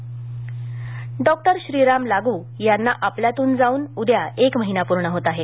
Shriram Lagu doctor Shriram Lagu यांना आपल्यातून जाऊन उद्या एक महिना पूर्ण होत आहे